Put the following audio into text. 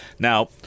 Now